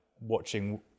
watching